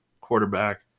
quarterback